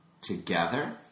together